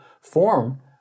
form